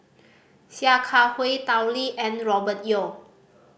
Sia Kah Hui Tao Li and Robert Yeo